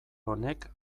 honek